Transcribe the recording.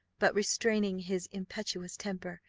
but restraining his impetuous temper,